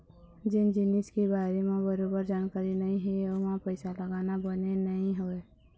जेन जिनिस के बारे म बरोबर जानकारी नइ हे ओमा पइसा लगाना बने नइ होवय